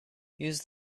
use